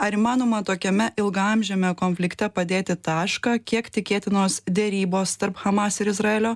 ar įmanoma tokiame ilgaamžiame konflikte padėti tašką kiek tikėtinos derybos tarp hamas ir izraelio